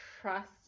trust